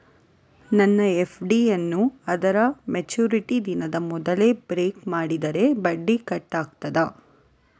ನನ್ನ ಎಫ್.ಡಿ ಯನ್ನೂ ಅದರ ಮೆಚುರಿಟಿ ದಿನದ ಮೊದಲೇ ಬ್ರೇಕ್ ಮಾಡಿದರೆ ಬಡ್ಡಿ ಕಟ್ ಆಗ್ತದಾ?